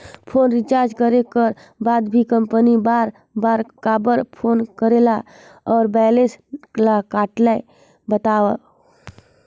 Phone recharge करे कर बाद भी कंपनी बार बार काबर फोन करेला और बैलेंस ल काटेल बतावव?